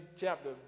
chapter